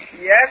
Yes